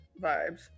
vibes